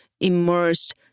immersed